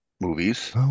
movies